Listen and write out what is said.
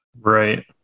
Right